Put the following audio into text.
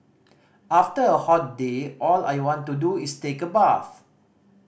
after a hot day all I want to do is take a bath